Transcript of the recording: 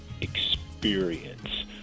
experience